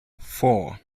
four